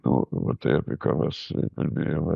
nu va tai apie ką mes kalbėjome